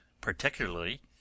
particularly